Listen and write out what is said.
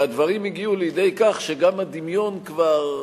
והדברים הגיעו לידי כך שגם הדמיון כבר,